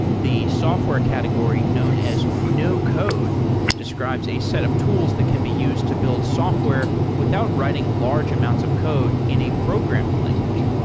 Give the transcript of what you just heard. the software category known as no-code describes a set of tools that can be used to build software without writing large amounts of code in a programming language.